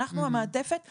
"אנחנו המעטפת שלך,